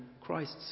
Christ's